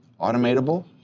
automatable